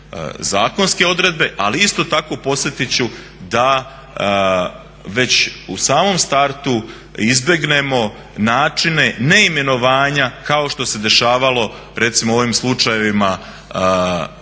zakonske odredbe ali isto tako podsjetiti ću da već u samom startu izbjegnemo načine neimenovanja kao što se dešavalo recimo u ovim slučajevima